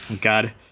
God